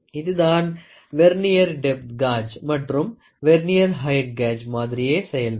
இதுதான் vernier depth gauge மற்றும் vernier height gauge மாதிரியே செயல்படும்